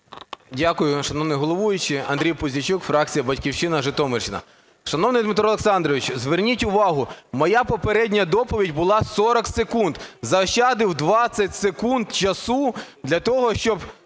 Дякую, шановний головуючий. Андрій Пузійчук, фракція "Батьківщина", Житомирщина. Шановний Дмитро Олександрович, зверніть увагу, моя попередня доповідь була 40 секунд, заощадив 20 секунд часу для того, щоб